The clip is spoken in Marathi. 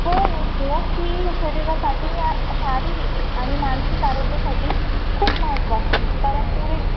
हो झोप ही शरीरासाठी या शारीरिक आणि मानसिक आरोग्यासाठी खूप महत्त्वाची आहे कारण पुरे